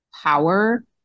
power